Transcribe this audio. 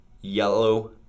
yellow